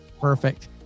Perfect